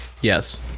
Yes